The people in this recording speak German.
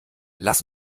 lasst